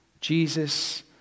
Jesus